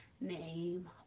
name